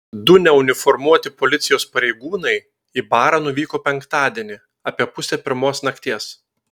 du neuniformuoti policijos pareigūnai į barą nuvyko penktadienį apie pusę pirmos nakties